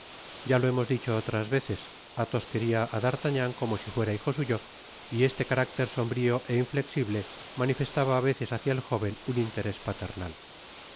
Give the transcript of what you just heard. ya lo hemos dicho otras veces athos quería á d'artagnan como si fuera hijo suyo y este carácter sombrío é inflexible manifestaba á veces hácia el jóven un interés paternal